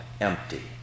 empty